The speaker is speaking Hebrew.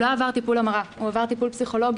הוא לא עבר טיפול המרה, הוא עבר טיפול פסיכולוגי.